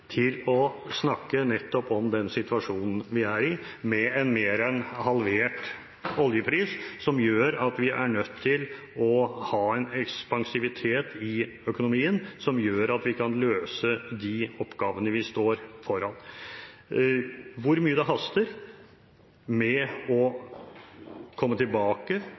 på å snakke nettopp om den situasjonen vi er i, med en mer enn halvert oljepris, som gjør at vi er nødt til å ha en ekspansivitet i økonomien slik at vi kan løse de oppgavene vi står foran. Hvor mye det haster med å komme tilbake